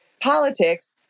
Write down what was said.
politics